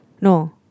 No